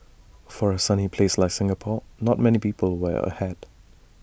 for A sunny place like Singapore not many people wear A hat